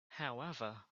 however